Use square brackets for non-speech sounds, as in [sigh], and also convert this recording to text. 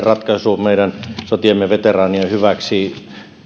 [unintelligible] ratkaisun meidän sotiemme veteraanien hyväksi